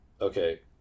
Okay